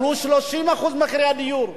עלו מחירי הדיור ב-30%.